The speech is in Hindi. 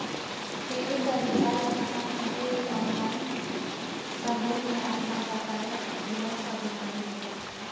टीवी का रिचार्ज खत्म होते ही ऑनलाइन संदीप ने अपने बकाया बिलों का भुगतान किया